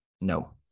No